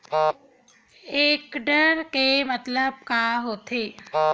एकड़ के मतलब का होथे?